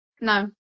no